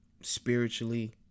spiritually